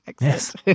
Yes